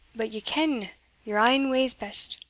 but ye ken yere ain ways best.